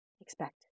expect